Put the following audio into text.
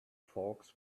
folks